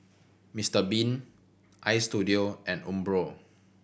Mister Bean Istudio and Umbro